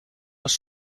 als